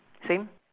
same